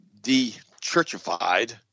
de-churchified